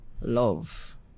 Love